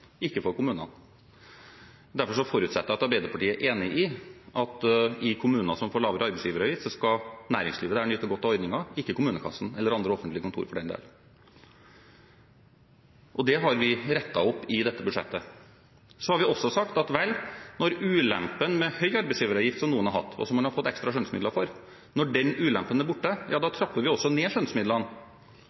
ikke for kommunene. Derfor forutsetter jeg at Arbeiderpartiet er enig i at i kommuner som får lavere arbeidsgiveravgift, skal næringslivet der nyte godt av ordningen – ikke kommunekassen, eller for den del andre offentlige kontorer. Det har vi rettet opp i dette budsjettet. Vi har også sagt at når ulempen med høy arbeidsgiveravgift som noen har hatt, og som man har fått ekstra skjønnsmidler for, er borte, trapper vi også ned skjønnsmidlene